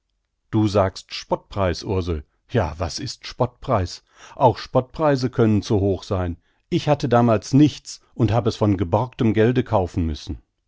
du sagst spottpreis ursel ja was ist spottpreis auch spottpreise können zu hoch sein ich hatte damals nichts und hab es von geborgtem gelde kaufen müssen